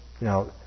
Now